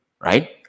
right